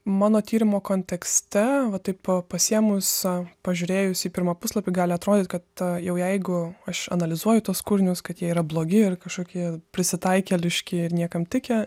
mano tyrimo kontekste va taip pasiėmus a pažiūrėjusi į pirmą puslapį gali atrodyt kad jau jeigu aš analizuoju tuos kūrinius kad jie yra blogi ir kažkokie prisitaikėliški ir niekam tikę